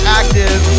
active